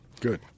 Good